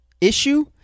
issue